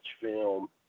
film